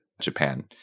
Japan